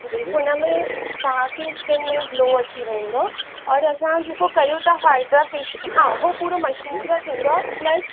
जी हुन में तव्हांखे स्किन में ग्लो अची वेंदो और असां जेको कयूं था हाइड्रा फेशियल हा उहो पूरो मशीन सां थींदो आहे प्लस